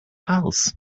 house